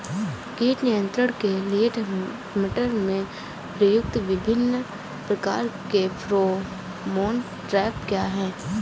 कीट नियंत्रण के लिए मटर में प्रयुक्त विभिन्न प्रकार के फेरोमोन ट्रैप क्या है?